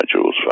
Jules